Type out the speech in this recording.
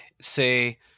say